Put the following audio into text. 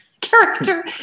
character